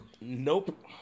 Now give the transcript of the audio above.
Nope